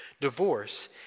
Divorce